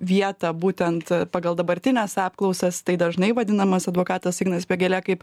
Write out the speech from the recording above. vietą būtent pagal dabartines apklausas tai dažnai vadinamas advokatas ignas vėgėlė kaip